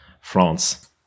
France